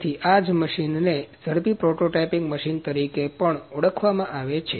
તેથી તેથી જ આ મશીનને ઝડપી પ્રોટોટાઈપીંગ મશીન તરીકે પણ ઓળખવામાં આવે છે